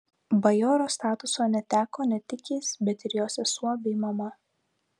bajoro statuso neteko ne tik jis bet ir jo sesuo bei mama